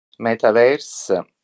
metaverse